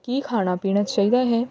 ਕੀ ਖਾਣਾ ਪੀਣਾ ਚਾਹੀਦਾ ਹੈ